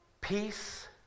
peace